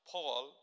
Paul